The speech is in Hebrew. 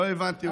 לא הבנתי.